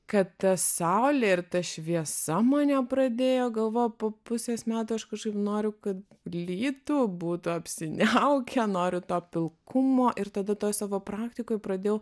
kad ta saulė ir ta šviesa mane pradėjo galvoju po pusės metų aš kažkaip noriu kad lytų būtų apsiniaukę noriu to pilkumo ir tada toj savo praktikoj pradėjau